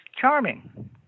charming